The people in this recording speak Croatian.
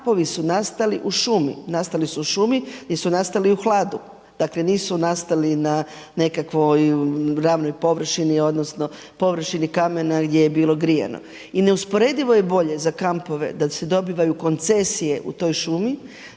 Kampovi su nastali u šumi, nastali su u šumi jer su nastali u hladu, dakle nisu nastali na nekakvoj ravnoj površini odnosno površini kamena gdje je bilo grijano. I neusporedivo je bolje za kampove da se dobivaju koncesije u toj šumi